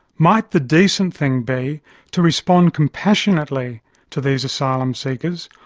might the decent thing be to respond compassionately to these asylum seekers,